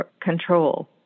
control